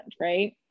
right